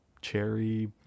cherry